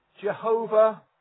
Jehovah